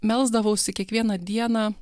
melsdavausi kiekvieną dieną